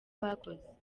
bakoze